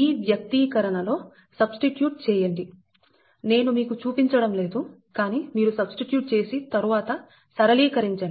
ఈ వ్యక్తీకరణ లో సబ్స్టిట్యూట్ చేయండి నేను మీకు చూపించడం లేదు కానీ మీరు సబ్స్టిట్యూట్ చేసి తరువాత సరళీకరించండి